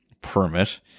permit